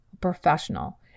professional